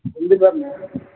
ரெண்டு பேருண்ணே